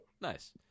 nice